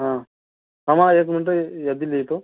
हा थांबा एक मिनटं यादी लिहितो